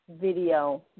video